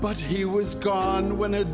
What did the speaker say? but he was gone when